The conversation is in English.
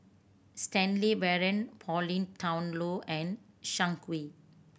Stanley Warren Pauline Dawn Loh and Zhang Hui